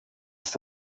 ist